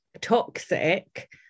toxic